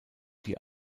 die